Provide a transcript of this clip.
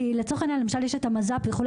כי לצורך העניין למשל יש את המז"פ וכו',